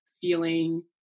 feeling